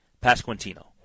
Pasquantino